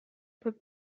put